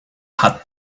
had